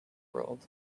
world